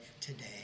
today